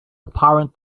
apparent